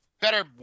better